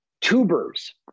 tubers